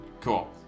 Cool